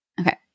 Okay